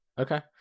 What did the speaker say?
okay